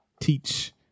teach